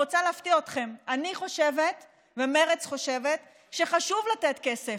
אני רוצה להפתיע אתכם: אני חושבת ומרצ חושבת שחשוב לתת כסף.